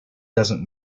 doesn’t